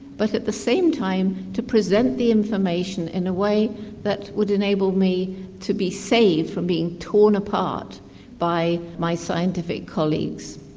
but at the same time to present the information in a way that would enable me to be saved from being torn apart by my scientific colleagues.